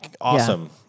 Awesome